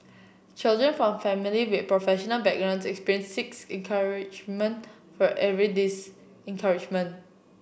children from family with professional backgrounds experienced six encouragement for every discouragement